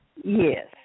Yes